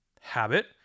Habit